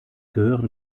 gehört